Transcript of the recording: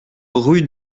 rue